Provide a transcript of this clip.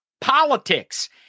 politics